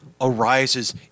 arises